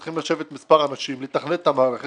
צריכים לשבת מספר אנשים ולתכנן את המערכת